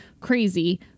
crazy